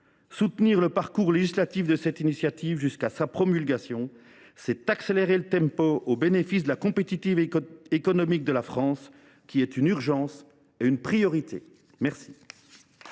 Soutenir le parcours législatif de cette initiative jusqu’à sa promulgation, c’est accélérer le tempo au bénéfice de la compétitivité économique de la France, qui est une urgence et une priorité. La